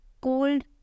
cold